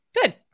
Good